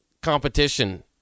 competition